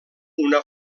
una